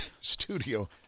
studio